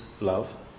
love